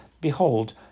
behold